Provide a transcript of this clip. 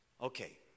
Okay